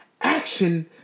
action